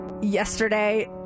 Yesterday